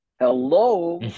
Hello